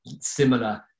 similar